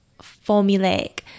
formulaic